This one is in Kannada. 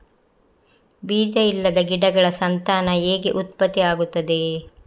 ಬೀಜ ಇಲ್ಲದ ಗಿಡಗಳ ಸಂತಾನ ಹೇಗೆ ಉತ್ಪತ್ತಿ ಆಗುತ್ತದೆ?